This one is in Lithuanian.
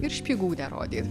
ir špygų nerodyt